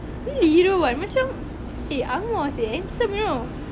really you don't want macam eh ang moh seh handsome you know